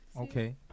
Okay